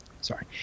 sorry